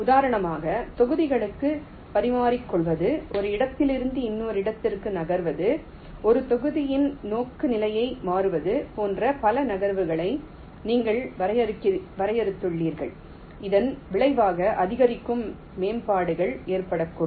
உதாரணமாக தொகுதிகளுக்கு பரிமாறிக்கொள்வது ஒரு இடத்திலிருந்து இன்னொரு இடத்திற்கு நகர்த்துவது ஒரு தொகுதியின் நோக்குநிலையை மாற்றுவது போன்ற பல நகர்வுகளை நீங்கள் வரையறுத்துள்ளீர்கள் இதன் விளைவாக அதிகரிக்கும் மேம்பாடுகள் ஏற்படக்கூடும்